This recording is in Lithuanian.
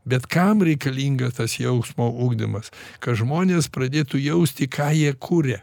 bet kam reikalinga tas jausmo ugdymas kad žmonės pradėtų jausti ką jie kuria